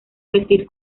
vestir